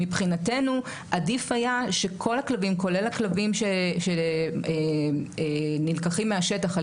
מבחינתנו עדיף היה שכל הכלבים כולל הכלבים שנלקחים מהשטח על